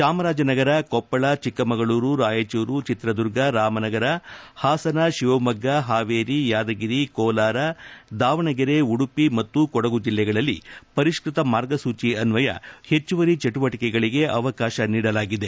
ಚಾಮರಾಜನಗರ ಕೊಪ್ಪಳ ಚಿಕ್ಕಮಗಳೂರು ರಾಯಚೂರು ಚಿತ್ರದುರ್ಗ ರಾಮನಗರ ಹಾಸನ ಶಿವಮೊಗ್ಗ ಹಾವೇರಿ ಯಾದಗಿರಿ ಕೋಲಾರ ದಾವಣಗೆರೆ ಉಡುಪಿ ಮತ್ತು ಕೊಡಗು ಜಿಲ್ಲೆಗಳಲ್ಲಿ ಪರಿಷ್ಠತ ಮಾರ್ಗಸೂಚಿ ಅನ್ವಯ ಹೆಚ್ಚುವರಿ ಚಟುವಟಿಕೆಗಳಿಗೆ ಅವಕಾಶ ನೀಡಲಾಗಿದೆ